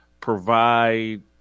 provide